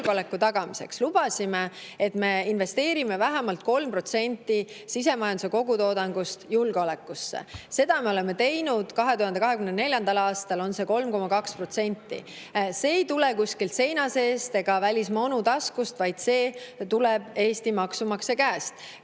julgeoleku tagamiseks. Lubasime, et me investeerime vähemalt 3% sisemajanduse kogutoodangust julgeolekusse. Seda me oleme teinud, 2024. aastal on see 3,2%. See ei tule kuskilt seina seest ega välismaa onu taskust, vaid see tuleb Eesti maksumaksja käest.